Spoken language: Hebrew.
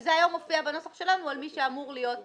שזה היום מופיע בנוסח שלנו על מי שאמור להיות